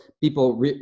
people